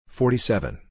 forty-seven